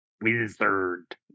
wizard